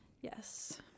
yes